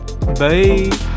bye